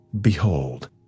Behold